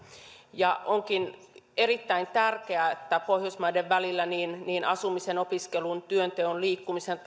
onkin erittäin tärkeää että pohjoismaiden välillä niin niin asumisen opiskelun työnteon liikkumisen